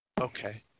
Okay